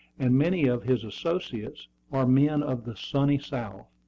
and many of his associates are men of the sunny south.